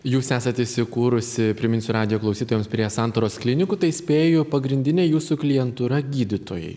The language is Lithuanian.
jūs esat įsikūrusi priminsiu radijo klausytojams prie santaros klinikų tai spėju pagrindinė jūsų klientūra gydytojai